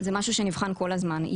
זה משהו שנבחן כל הזמן.